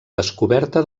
descoberta